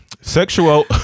Sexual